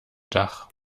dach